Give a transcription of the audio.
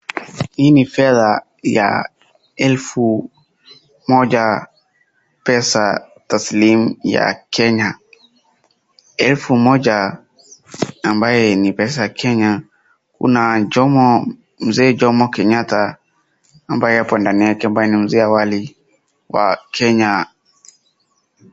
Hii ni fedha ya elfu moja pesa taslimu ya Kenya. Elfu moja ambayo ni pesa ya Kenya mzee Jomo Kenyatta ambaye apo ndani yake ambaye ni mzee wa awali wa Kenya.